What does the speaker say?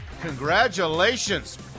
Congratulations